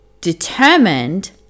determined